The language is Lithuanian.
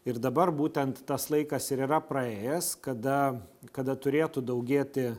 ir dabar būtent tas laikas ir yra praėjęs kada kada turėtų daugėti